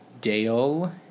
Dale